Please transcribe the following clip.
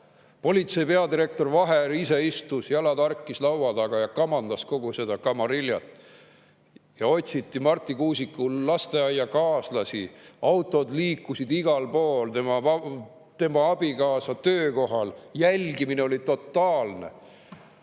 politsei peadirektor Vaher ise istus, jalad harkis, laua taga ja kamandas kogu seda kamariljat. Otsiti Marti Kuusiku lasteaiakaaslasi, autod liikusid igal pool, tema ja tema abikaasa töökohal – jälgimine oli totaalne.